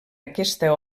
aquesta